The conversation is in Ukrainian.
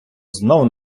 знов